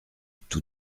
tout